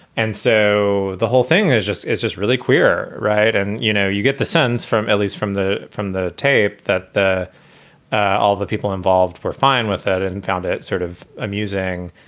and so the whole thing is just it's just really queer. right. and, you know, you get the sense from elli's from the from the tape that all the people involved were fine with that and and found it sort of amusing.